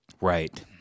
Right